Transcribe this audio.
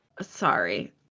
Sorry